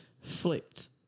flipped